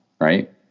Right